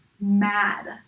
mad